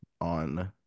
on